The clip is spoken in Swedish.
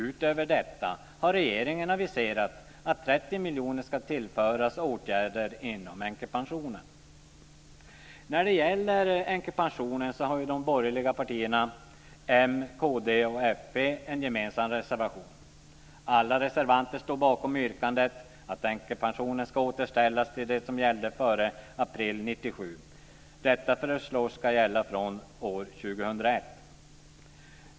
Utöver detta har regeringen aviserat att 30 miljoner ska tillföras åtgärder inom änkepensionen. När det gäller änkepensionen har de borgerliga partierna, m, kd och fp, en gemensam reservation. Alla reservanter står bakom yrkandet, att änkepensionen ska återställas till det som gällde före april 1997. Detta föreslås ska gälla från år 2001.